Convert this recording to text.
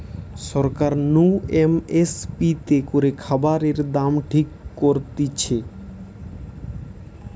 সরকার নু M S P তে করে খাবারের দাম ঠিক করতিছে